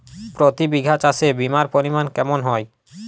প্রতি বিঘা চাষে বিমার পরিমান কেমন হয়?